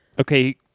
Okay